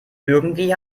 irgendwie